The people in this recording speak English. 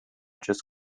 just